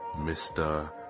Mr